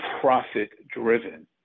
profit-driven